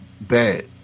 bad